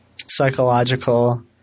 psychological